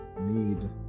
need